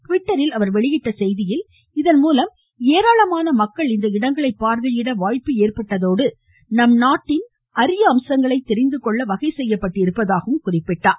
ட்விட்டரில் அவர் வெளியிட்டுள்ள செய்தியில் இதன் மூலம் ஏராளமான மக்கள் இந்த இடங்களை பார்வையிட வாய்ப்பு ஏற்பட்டுள்ளதோடு நம் நாட்டின் அரிய அம்சங்களை தெரிந்துகொள்வார்கள் என்றும் குறிப்பிட்டார்